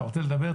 אתה רוצה לדבר,